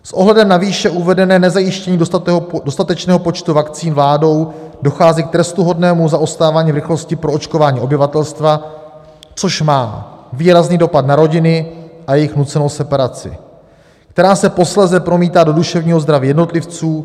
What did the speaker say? S ohledem na výše uvedené nezajištění dostatečného počtu vakcín vládou dochází k trestuhodnému zaostávání rychlosti proočkování obyvatelstva, což má výrazný dopad na rodiny a jejich nucenou separaci, která se posléze promítá do duševního zdraví jednotlivců.